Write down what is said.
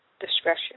discretion